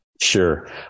Sure